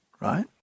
right